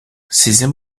sizin